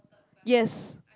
yes